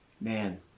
man